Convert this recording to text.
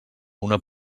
una